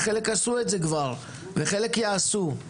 חלק עשו את זה כבר וחלק יעשו.